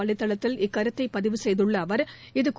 வலைதளத்தில் இக்கருத்தைபதிவு செய்துள்ளஅவர் இது சமுக